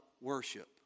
worship